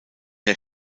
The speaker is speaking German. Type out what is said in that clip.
der